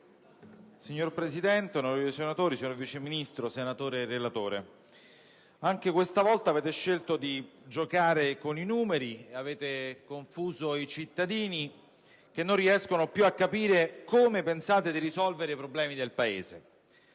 onorevoli senatori, signor Vice ministro, senatore relatore, ancora una volta avete scelto di giocare con i numeri e avete confuso i cittadini, che non riescono più a capire come pensate di risolvere i problemi del Paese.